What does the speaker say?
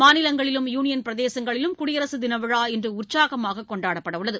மாநிலங்களிலும் யூனியன் பிரதேசங்களிலும் குடியரசுதின விழா இன்று உற்சாகமாக கொண்டாடப்படவுள்ளது